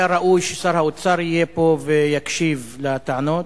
היה ראוי ששר האוצר יהיה פה ויקשיב לטענות,